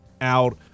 out